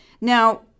Now